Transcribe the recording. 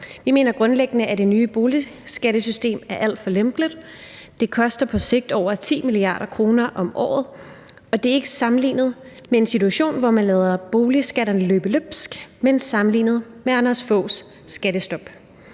Vi mener grundlæggende, at det nye boligskattesystem er alt for lempeligt, det koster på sigt over 10 mia. kr. om året, og det er ikke sammenlignet med en situation, hvor man lader boligskatterne løbe løbsk, men sammenlignet med Anders Foghs skattestop.